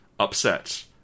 Upset